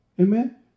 Amen